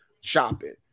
shopping